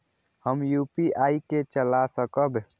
हम यू.पी.आई के चला सकब?